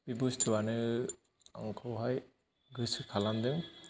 बे बुस्तुवानो आंखौहाय गोसो खालामदों